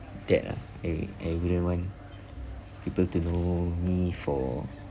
that uh I I wouldn't want people to know me for